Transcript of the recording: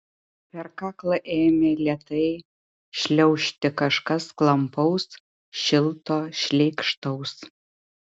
per kaklą ėmė lėtai šliaužti kažkas klampaus šilto šleikštaus